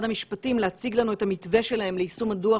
המשפטים להציג לנו את המתווה שלהם ליישום הדוח